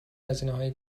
هزینههای